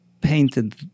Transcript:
painted